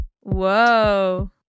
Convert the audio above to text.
Whoa